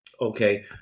Okay